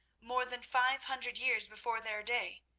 more than five hundred years before their day.